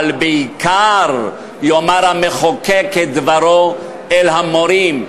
אבל בעיקר יאמר המחוקק את דברו למורים,